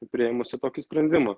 priėmusi tokį sprendimą